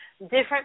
Different